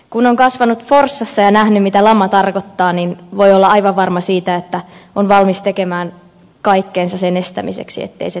kun on kasvanut forssassa ja nähnyt mitä lama tarkoittaa niin voi olla aivan varma siitä että on valmis tekemään kaikkensa sen estämiseksi ettei se toistu